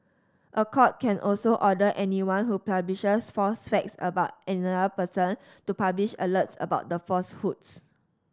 a court can also order anyone who publishes false facts about another person to publish alerts about the falsehoods